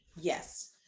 Yes